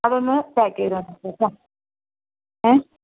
അതൊന്ന് പാക്ക് ചെയ്ത് കേട്ടോ ഏ